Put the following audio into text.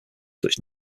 such